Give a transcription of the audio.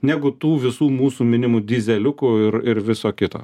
negu tų visų mūsų minimų dyzeliukų ir ir viso kito